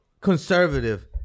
conservative